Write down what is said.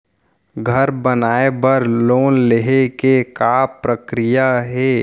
घर बनाये बर लोन लेहे के का प्रक्रिया हे?